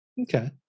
Okay